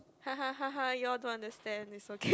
hahahaha you all don't understand it's ok